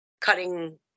cutting